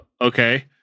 Okay